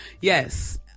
yes